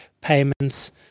payments